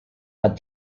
but